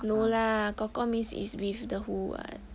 no lah kor kor means is with the who [what]